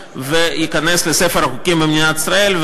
וייכנס לספר החוקים במדינת ישראל,